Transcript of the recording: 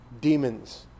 Demons